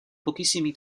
pochissimi